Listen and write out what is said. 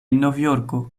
novjorko